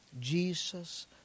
Jesus